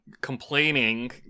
complaining